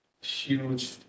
huge